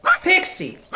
Pixie